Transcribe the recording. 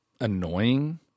annoying